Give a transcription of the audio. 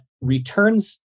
returns